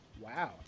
Wow